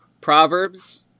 Proverbs